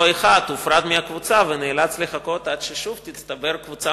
אותו אחד הופרד מהקבוצה ונאלץ לחכות עד ששוב תצטבר קבוצה